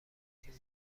تیم